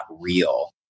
real